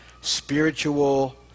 spiritual